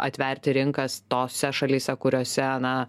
atverti rinkas tose šalyse kuriose na